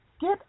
get